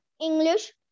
English